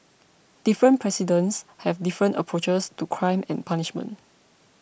different presidents have different approaches to crime and punishment